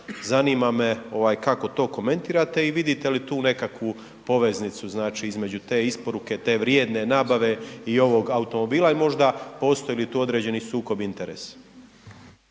zanima me ovaj kako to komentirate i vidite li tu nekakvu poveznicu, znači između te isporuke te vrijedne nabave i ovog automobila i možda postoji li tu određeni sukob interesa.